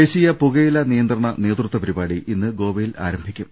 ദേശീയ് പുകയില നിയന്ത്രണ നേതൃത്വ പരിപാടി ഇന്ന് ഗോവ യിൽ ആരംഭിക്കും